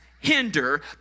hinder